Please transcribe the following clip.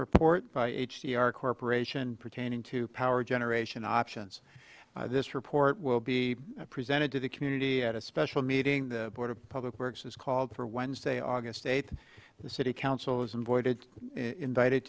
report by h c r corporation pertaining to power generation options this report will be presented to the community at a special meeting the board of public works is called for wednesday august eighth the city council isn't voided invited